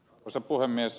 arvoisa puhemies